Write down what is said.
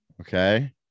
Okay